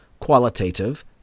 qualitative